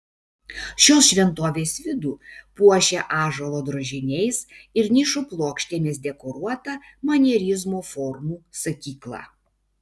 šios šventovės vidų puošia ąžuolo drožiniais ir nišų plokštėmis dekoruota manierizmo formų sakykla